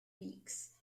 weeks